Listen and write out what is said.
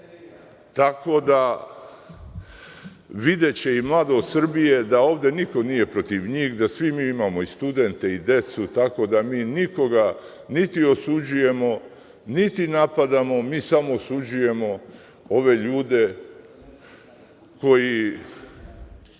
tako da videće i mladost Srbije da niko nije protiv njih, da svi mi imamo i studente i decu, tako da mi nikoga niti osuđujemo, niti napadamo, mi samo osuđujemo ove ljude koji